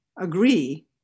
agree